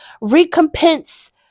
Recompense